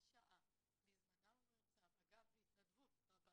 שעה ונותנים מזמנם וממרצם בהתנדבות רבה,